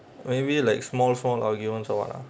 maybe like small small arguments or what ah